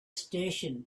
station